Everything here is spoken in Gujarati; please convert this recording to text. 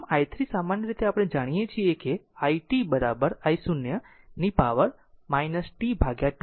આમ i3 સામાન્ય રીતે આપણે જાણીએ છીએ i t I0 power t τ પર